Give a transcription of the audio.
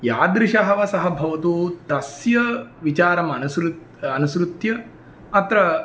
यादृशः वा सः भवतु तस्य विचारमनुसृत्य अनुसृत्य अत्र